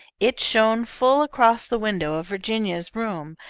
it shone full across the window of virginia's room,